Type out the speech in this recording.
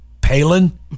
Palin